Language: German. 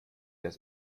das